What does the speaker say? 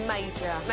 Major